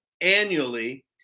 annually